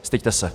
Styďte se!